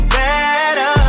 better